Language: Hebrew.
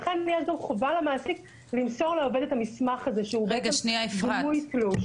לכן יש גם חובה למעסיק למסור לעובד את המסמך הזה שהוא בעצם דמוי תלוש.